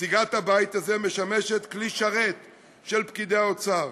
נציגת הבית הזה, משמשת כלי שרת של פקידי האוצר,